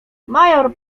major